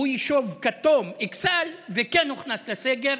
והוא יישוב כתום, אכסאל, וכן הוכנס לסגר?